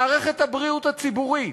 מערכת הבריאות הציבורית,